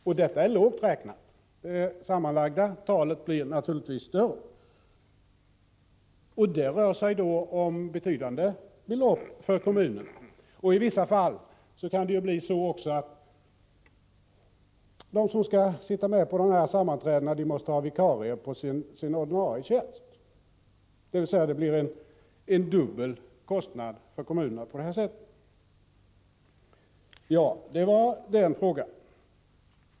Och detta är lågt räknat — det sammanlagda antalet blir i själva verket större. Det rör sig här om betydande belopp för kommunerna. I vissa fall kan också de som skall sitta med på dessa sammanträden vara tvungna att ha vikarie på sin ordinarie tjänst, vilket betyder en dubbel kostnad för kommunerna.